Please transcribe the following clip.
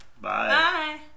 Bye